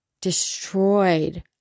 destroyed